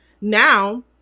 Now